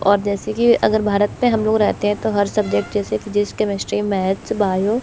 और जैसे कि अगर भारत में हम लोग रहते हैं तो हर सब्जेक्ट जैसे फिजिक्स केमिस्ट्री मैथ्स बायो